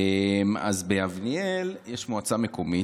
אז ביבנאל יש מועצה מקומית.